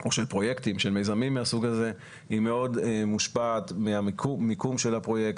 או של מיזמים מהסוג הזה היא מאוד מושפעת מהמיקום של הפרויקט.